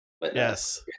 Yes